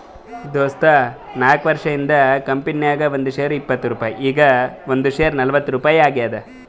ದೋಸ್ತ ನಾಕ್ವರ್ಷ ಹಿಂದ್ ಕಂಪನಿ ನಾಗ್ ಒಂದ್ ಶೇರ್ಗ ಇಪ್ಪತ್ ರುಪಾಯಿ ಈಗ್ ಒಂದ್ ಶೇರ್ಗ ನಲ್ವತ್ ರುಪಾಯಿ ಆಗ್ಯಾದ್